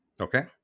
Okay